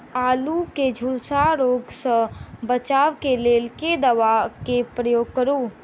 आलु केँ झुलसा रोग सऽ बचाब केँ लेल केँ दवा केँ प्रयोग करू?